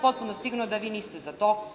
Potpuno sam sigurna da vi niste za to.